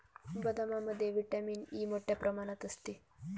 बदामामध्ये vitamin E मोठ्ठ्या प्रमाणात असते